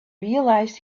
realized